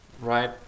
right